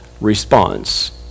response